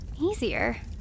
easier